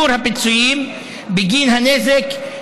הפיצויים בגין הנזק,